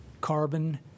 carbon